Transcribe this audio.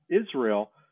Israel